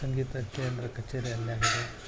ಸಂಗೀತ ಕೇಂದ್ರ ಕಚೇರಿ ಅಲ್ಲಿ ಆಗಿದೆ